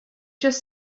just